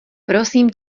prosím